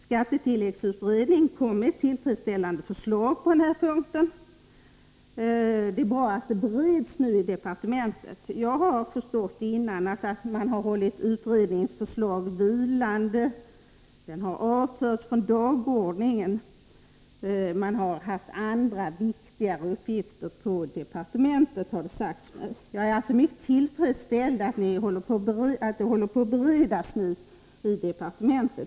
Skattetilläggsutredningen presenterade ett tillfredsställande förslag på den här punkten. Det är bra att frågan bereds i departementet. Jag har förstått att man hållit utredningens förslag vilande — de har avförts från dagordningen därför att man har haft andra, viktigare uppgifter på departementet, har det sagts mig. Jag är som sagt mycket tillfredsställd med att frågan nu bereds.